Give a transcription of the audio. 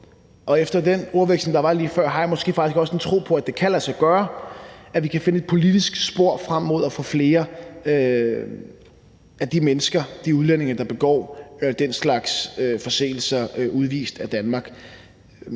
og efter den udveksling, der var lige før, har jeg måske faktisk også en tro på, at det kan lade sig gøre, altså at vi kan finde et politisk spor frem mod at få flere af de udlændinge, der begår den slags forseelser, udvist af Danmark.